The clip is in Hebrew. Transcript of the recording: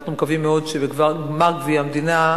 ואנחנו מקווים מאוד שבגמר גביע המדינה,